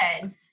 good